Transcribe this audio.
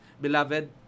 Beloved